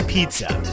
Pizza